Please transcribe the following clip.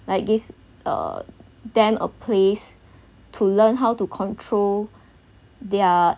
like this uh then a place to learn how to control their